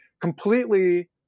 completely